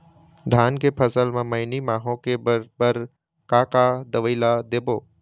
धान के फसल म मैनी माहो के बर बर का का दवई ला देबो?